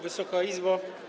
Wysoka Izbo!